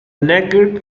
naked